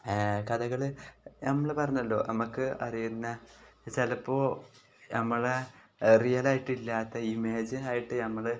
കഥകൾ നമ്മൾ പറഞ്ഞല്ലോ നമുക്ക് അറിയുന്നത് ചിലപ്പോൾ നമ്മൾ റിയൽ ആയിട്ടില്ലാത്ത ഇമേജിനായിട്ട് നമ്മൾ